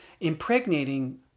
impregnating